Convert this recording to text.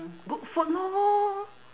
good food lor